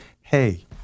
hey